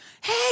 Hey